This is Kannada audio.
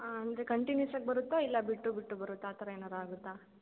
ಹಾಂ ಅಂದರೆ ಕಂಟಿನ್ಯೂಸ್ ಆಗಿ ಬರುತ್ತಾ ಇಲ್ಲ ಬಿಟ್ಟು ಬಿಟ್ಟು ಬರುತ್ತಾ ಆ ಥರ ಏನಾದ್ರು ಆಗುತ್ತಾ